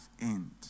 end